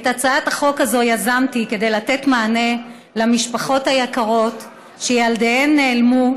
את הצעת החוק הזאת יזמתי כדי לתת מענה למשפחות היקרות שילדיהן נעלמו,